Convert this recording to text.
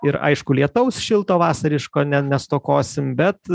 ir aišku lietaus šilto vasariško ne nestokosim bet